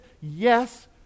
yes